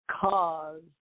cause